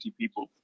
people